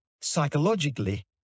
psychologically